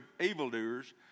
evildoers